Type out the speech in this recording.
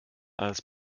als